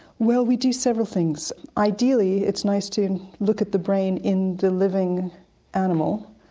well, we do several things. ideally it's nice to look at the brain in the living animal,